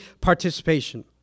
participation